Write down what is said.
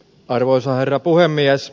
arvoisa herra puhemies